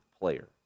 player